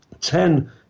Ten